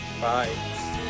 Bye